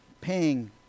paying